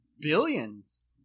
Billions